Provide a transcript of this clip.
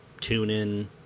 TuneIn